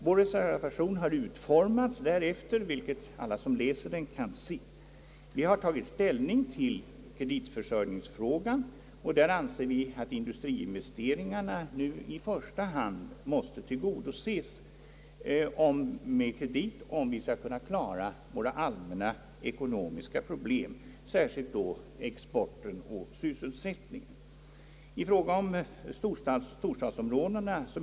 Vår reservation har utformats därefter, vilket alla som läser den kan se. Vi har tagit ställning till kreditförsörjningsfrågan och anser att industriinvesteringarna nu i första hand måste tillgodoses om vi skall kunna klara våra allmänna ekonomiska problem, särskilt exporten och sysselsättningen.